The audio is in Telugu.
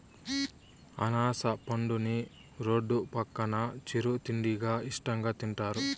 అనాస పండుని రోడ్డు పక్కన చిరు తిండిగా ఇష్టంగా తింటారు